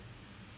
uh